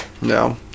No